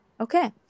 Okay